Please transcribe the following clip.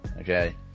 okay